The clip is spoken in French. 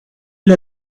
l’a